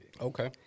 okay